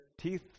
teeth